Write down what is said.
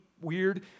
weird